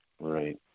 Right